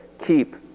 keep